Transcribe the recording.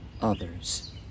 others